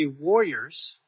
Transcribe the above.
warriors